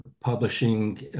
publishing